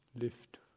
lift